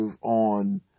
on